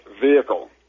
vehicle